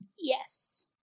Yes